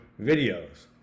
videos